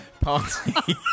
party